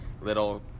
little